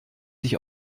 sich